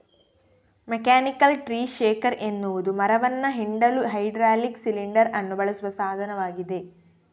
mechanical tree shaker ಎನ್ನುವುದು ಮರವನ್ನ ಹಿಂಡಲು ಹೈಡ್ರಾಲಿಕ್ ಸಿಲಿಂಡರ್ ಅನ್ನು ಬಳಸುವ ಸಾಧನವಾಗಿದೆ